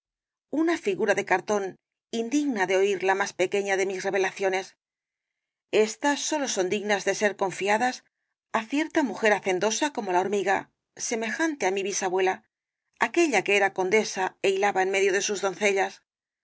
una figura de cartón indigna de oir la más pequeña de mis revelaciones estas sólo son dignas de ser confiadas á cierta mujer hacendosa como la hormiga semejante á mi bisabuela aquella que era condesa é hilaba en medio de sus doncellas